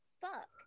fuck